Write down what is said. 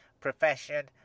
profession